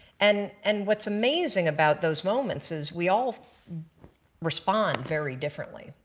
and and what's amazing about those moments is we all respond very differently.